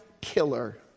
killer